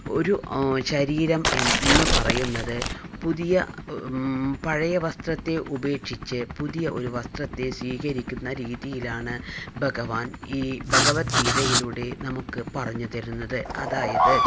ഒരു ശരീരം എന്നു എന്നുപറയുന്നത് പുതിയ പഴയ വസ്ത്രത്തെ ഉപേക്ഷിച്ച് പുതിയ ഒരു വസ്ത്രത്തെ സ്വീകരിക്കുന്ന രീതിയിലാണ് ഭഗവാൻ ഈ ഭഗവത്ഗീതയിലൂടെ നമുക്ക് പറഞ്ഞു തരുന്നത് അതായത്